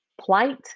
plight